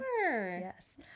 Yes